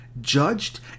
judged